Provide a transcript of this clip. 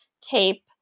tape